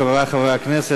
חברי חברי הכנסת,